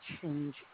change